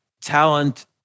talent